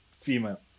female